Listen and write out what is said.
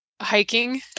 hiking